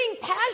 passion